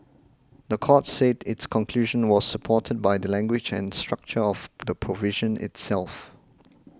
the court said its conclusion was supported by the language and structure of the provision itself